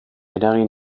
eragin